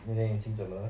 你的眼睛怎么了